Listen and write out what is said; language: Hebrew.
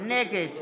נגד